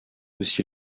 aussi